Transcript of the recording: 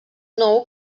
nou